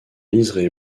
liseré